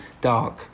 dark